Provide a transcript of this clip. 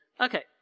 okay